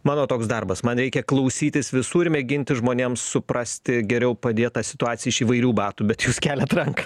mano toks darbas man reikia klausytis visų ir mėginti žmonėms suprasti geriau padėt tą situaciją iš įvairių batų bet jūs keliat ranką